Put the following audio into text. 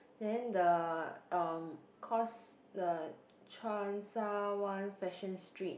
then the um cause the Cheung Sha Wan fashion street